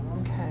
Okay